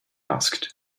asked